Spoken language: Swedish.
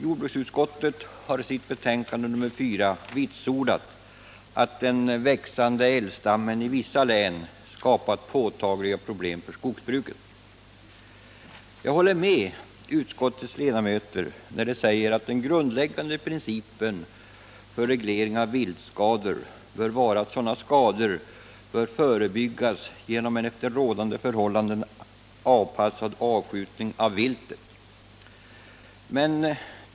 Jordbruksutskottet har i sitt betänkande nr 4 vitsordat att den växande älgstammen i vissa län skapat påtagliga problem för skogsbruket. Jag håller med utskottets ledamöter, när de säger att den grundläggande principen för reglering av viltskador bör vara att sådana skador bör förebyggas genom en efter rådande förhållanden avpassad avskjutning av viltet.